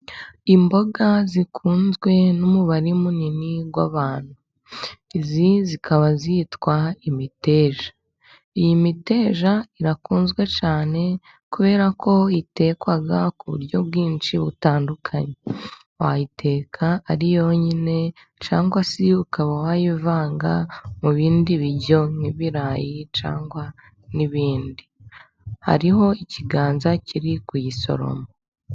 Imboga zikunzwe n'umubare munini w'abantu, izi zikaba zitwa imiteja, iyi mideja irakunzwe cyane kubera ko itekwa ku buryo bwinshi butandukanye; wayiteka ari yonyine cyangwa se ukaba wayivanga mu bindi biryo nk'ibirayi cyangwa n'ibindi. Hariho ikiganza kiri kuyisoroma.